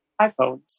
iPhones